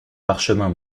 parchemin